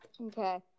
Okay